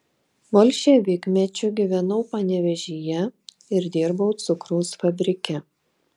bolševikmečiu gyvenau panevėžyje ir dirbau cukraus fabrike